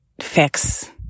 fix